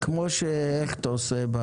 כמו שאתה עושה ב